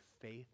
faith